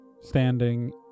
standing